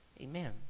amen